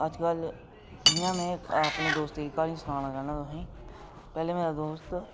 अजकल जि'यां में अपने दोस्तें दी क्हानी सनाना चाह्न्नां तुसें गी पैह्लें मेरा दोस्त